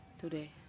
today